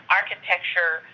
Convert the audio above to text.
architecture